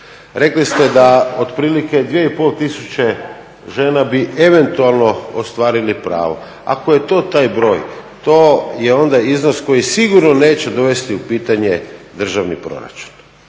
Rekli ste da otprilike 2,5 tisuće žena bi eventualno ostvarili pravo. Ako je to taj broj to je onda iznos koji sigurno neće dovesti u pitanje državni proračun.